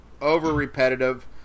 over-repetitive